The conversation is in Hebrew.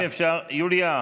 אם אפשר, יוליה.